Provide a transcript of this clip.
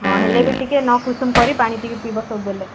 ହଁ ହେଲେ ବି ଟିକେ ନଖ୍ ଉଷୁମ୍ କରି ପାଣି ଟିକେ ପିଇବ ସବୁବେଳେ